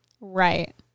right